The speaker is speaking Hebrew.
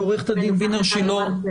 עורכת הדין וינר שילה,